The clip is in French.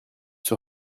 sur